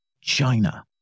China